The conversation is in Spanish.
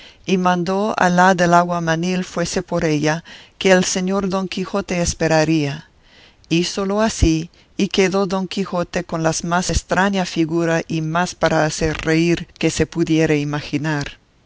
y mandó a la del aguamanil fuese por ella que el señor don quijote esperaría hízolo así y quedó don quijote con la más estraña figura y más para hacer reír que se pudiera imaginar